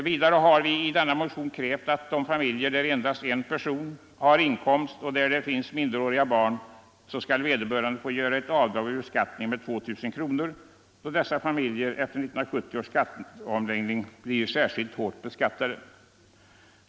Vidare har vi i den motionen krävt att i sådana familjer där endast en person har inkomst av förvärvsarbete och där det finns minderåriga barn skall vederbörande vid beskattningen få göra avdrag med 2 000 kronor, eftersom dessa familjer efter 1970 års skatteomläggning blir särskilt hårt beskattade.